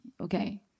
okay